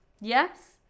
Yes